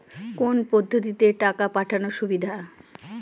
কোন পদ্ধতিতে টাকা পাঠানো সুবিধা?